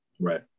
Right